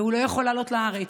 והוא לא יכול לעלות לארץ.